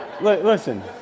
Listen